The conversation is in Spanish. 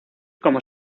como